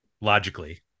Logically